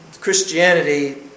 Christianity